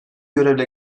görevle